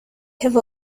have